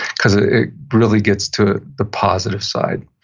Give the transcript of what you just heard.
because ah it really gets to the positive side,